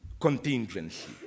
contingency